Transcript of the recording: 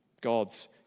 God's